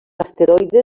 asteroide